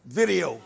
video